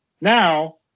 Now